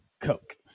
coke